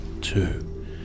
two